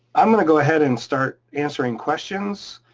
i'm gonna go ahead and start answering questions.